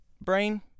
brain